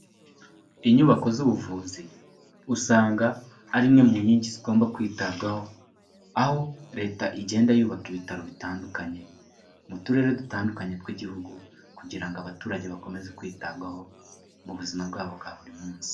Inyubako z'ubuvuzi usanga ari imwe mu nkingi zigomba kwitabwaho, aho leta igenda yubaka ibitaro bitandukanye mu turere dutandukanye tw'igihugu kugira ngo abaturage bakomeze kwitabwaho mu buzima bwabo bwa buri munsi.